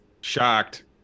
shocked